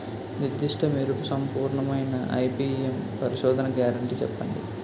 నిర్దిష్ట మెరుపు సంపూర్ణమైన ఐ.పీ.ఎం పరిశోధన గ్యారంటీ చెప్పండి?